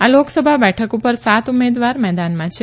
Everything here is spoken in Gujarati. આ લોકસભા બેઠક પર સાત ઉમેદવાર મેદાનમાં છે